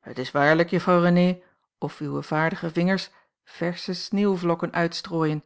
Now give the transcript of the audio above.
het is waarlijk juffrouw renée of uwe vaardige vingers versche sneeuwvlokken uitstrooien